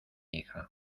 hija